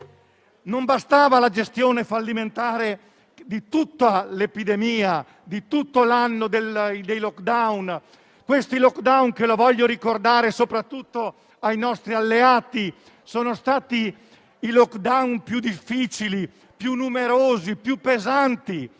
Non bastava la gestione fallimentare di tutta l'epidemia, di tutto l'anno dei *lockdown*; questi *lockdown* che - lo voglio ricordare soprattutto ai nostri alleati - sono stati più difficili, più numerosi, più pesanti.